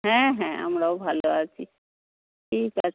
হ্যাঁ হ্যাঁ আমরাও ভালো আছি ঠিক আছে